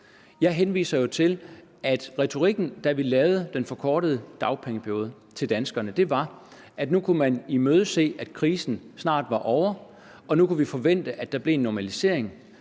Jeg henviser jo til, at retorikken, da vi lavede den forkortede dagpengeperiode til danskerne, var, at nu kunne man imødese, at krisen snart var ovre, og nu kunne man forvente, at der blev en normalisering.